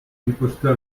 riposta